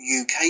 UK